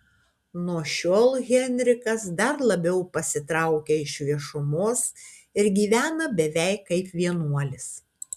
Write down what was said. nuo šiol henrikas dar labiau pasitraukia iš viešumos ir gyvena beveik kaip vienuolis